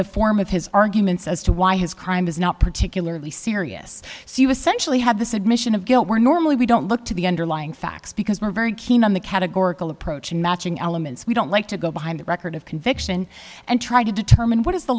the form of his arguments as to why his crime was not particularly serious so you essential he had this admission of guilt we're normally we don't look to the underlying facts because we're very keen on the categorical approach and matching elements we don't like to go behind the record of conviction and try to determine what is the